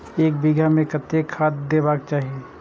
एक बिघा में कतेक खाघ देबाक चाही?